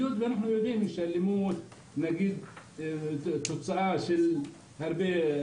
אנחנו יודעים שאלימות זה תוצאה של תסכול.